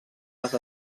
les